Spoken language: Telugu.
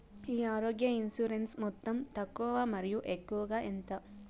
ఈ ఆరోగ్య ఇన్సూరెన్సు మొత్తం తక్కువ మరియు ఎక్కువగా ఎంత?